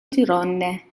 girone